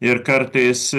ir kartais